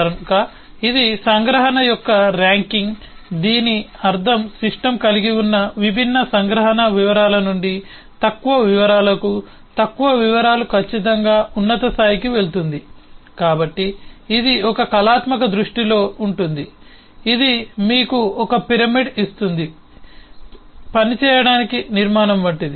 కనుక ఇది సంగ్రహణ యొక్క ర్యాంకింగ్ దీని అర్థం సిస్టమ్ కలిగి ఉన్న విభిన్న సంగ్రహణ వివరాల నుండి తక్కువ వివరాలకు తక్కువ వివరాలు ఖచ్చితంగా ఉన్నత స్థాయికి వెళుతుంది కాబట్టి ఇది ఒక కళాత్మక దృష్టిలో ఉంటుంది ఇది మీకు పిరమిడ్ ఇస్తుంది పని చేయడానికి నిర్మాణం వంటిది